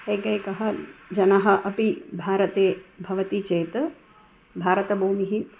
एकैकः जनः अपि भारते भवति चेत् भारतभूमिः